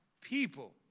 people